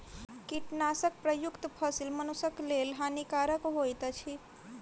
कीटनाशक प्रयुक्त फसील मनुषक लेल हानिकारक होइत अछि